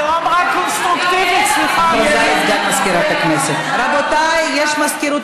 בשביל מה יש מזכיר,